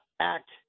act